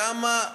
כמה ארוגנטיות,